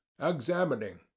examining